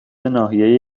ناحیه